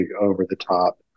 over-the-top